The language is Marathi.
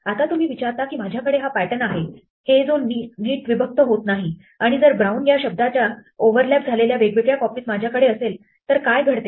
आता तुम्ही विचारता की माझ्याकडे हा पॅटर्न आहे हे जो नीट विभक्त होत नाही आणि जर " brown"या शब्दाच्या ओवर्लैप झालेल्या वेगवेगळ्या कॉपीज माझ्याकडे असेल तर काय घडते